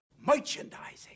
Merchandising